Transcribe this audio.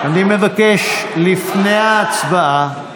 אני מבקש, לפני ההצבעה,